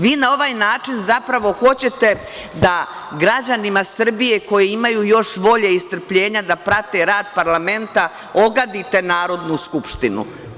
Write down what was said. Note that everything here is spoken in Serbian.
Vi na ovaj način zapravo hoćete da građanima Srbije koji imaju još volje i strpljenja da prate rad parlamenta, ogadite Narodnu skupštinu.